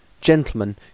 gentlemen